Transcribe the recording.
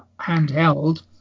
handheld